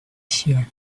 sure